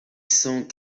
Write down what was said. cents